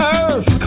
earth